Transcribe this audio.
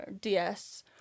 DS